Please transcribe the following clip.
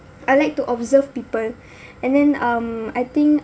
I like to observe people and then um I think